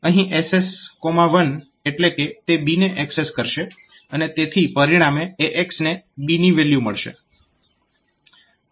અહીં SS1 એટલે કે તે b ને એક્સેસ કરશે અને તેથી પરિણામે AX ને b વેલ્યુ મળશે